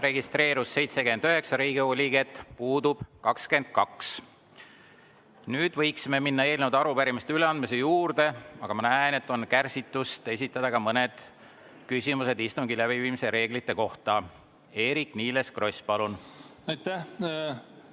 registreerus 79 Riigikogu liiget, puudub 22. Nüüd võiks minna eelnõude ja arupärimiste üleandmise juurde, aga ma näen, et on kärsitust esitada ka mõned küsimused istungi läbiviimise reeglite kohta. Eerik-Niiles Kross, palun!